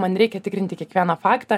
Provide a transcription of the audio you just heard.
man reikia tikrinti kiekvieną faktą